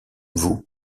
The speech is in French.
vous